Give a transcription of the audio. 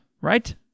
right